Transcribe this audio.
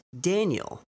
Daniel